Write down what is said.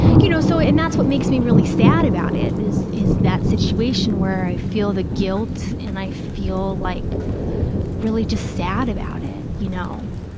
you know, so, and that's what makes me really sad about it, is is that situation where i feel the guilt and i feel like really just sad about it, you know,